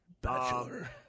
Bachelor